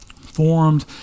Formed